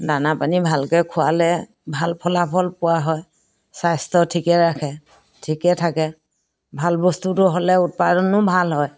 দানা পানী ভালকৈ খোৱালে ভাল ফলাফল পোৱা হয় স্বাস্থ্য ঠিকে ৰাখে ঠিকে থাকে ভাল বস্তুটো হ'লে উৎপাদনো ভাল হয়